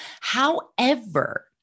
However-